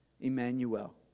Emmanuel